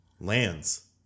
Lands